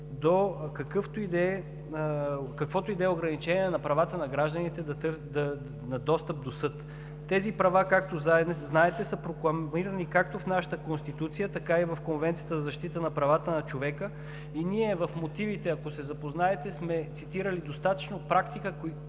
до каквото и да е ограничение на правата на гражданите на достъп до съд. Тези права, както знаете, са прокламирани както в нашата Конституция, така и в Конвенцията за защита на правата на човека и ние в мотивите, ако се запознаете, сме цитирали достатъчно практика,